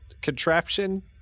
contraption